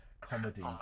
comedy